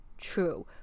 true